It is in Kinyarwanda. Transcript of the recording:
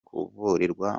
kuvurirwa